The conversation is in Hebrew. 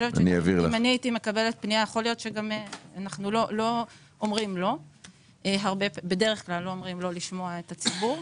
ואם הייתי מקבלת פנייה בדרך כלל אנחנו לא אומרים לא לשמוע את הציבור.